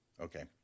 Okay